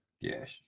Yes